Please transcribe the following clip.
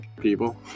People